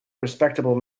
respectable